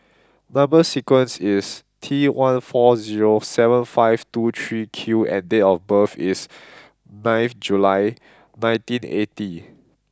number sequence is T one four zero seven five two three Q and date of birth is ninth June nineteen eighty